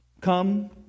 come